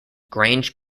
grange